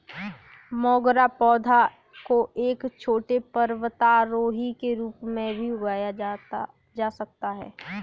मोगरा पौधा को एक छोटे पर्वतारोही के रूप में भी उगाया जा सकता है